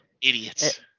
Idiots